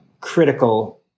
critical